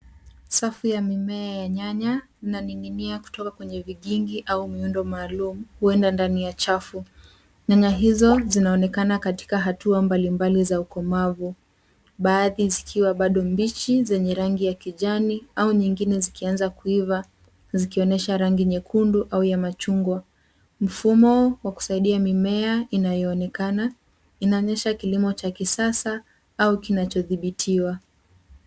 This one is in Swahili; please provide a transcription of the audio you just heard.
Safu ya mimea ya nyanya inaning'nia kutoka kwenye vikingi au muundo maalum, uenda ndani ya chafu. Nyanya hizo zinaonekana katika hatua mbali mbali za ukomavu baadhi zikiwa bado mbichi zenye rangi za kijani au nyingine zikianza kuivaa zikionyesha rangi nyekundu au ya majungwa. Mfumo wa kusaidia mimea inaonekana, inaonyesha kilimo cha kisasa au kinacho tibitiwa.